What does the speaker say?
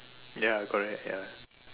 ya correct ya